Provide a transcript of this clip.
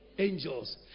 angels